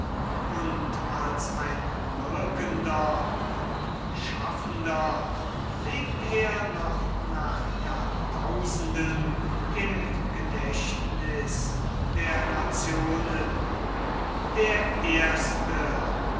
und als ein wirkender und schaffender lebt er noch nach jahrtausenden im gedächtnis der nationen der erste